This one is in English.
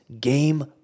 Game